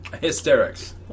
Hysterics